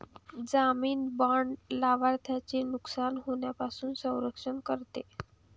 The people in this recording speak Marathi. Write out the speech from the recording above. जामीन बाँड लाभार्थ्याचे नुकसान होण्यापासून संरक्षण करते